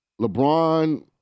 LeBron